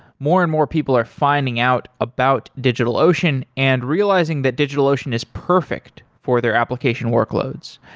more and more people are finding out about digitalocean and realizing that digitalocean is perfect for their application workloads.